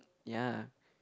ya